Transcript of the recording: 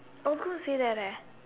I was going to say that eh